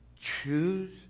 Choose